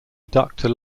adductor